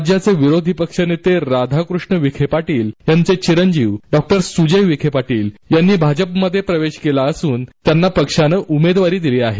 राज्याचे विरोधी पक्षनेते राधाकृष्ण विखे पाटील यांचे चिरजीव डॉक्टर सुजय विखे पाटील यांनी भाजपमध्ये प्रवेश केला असून त्यांना पक्षाने उमेदवारी दिली आहे